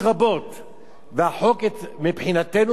והחוק מבחינתנו מגביל אותנו,